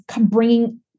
bringing